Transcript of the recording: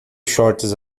shorts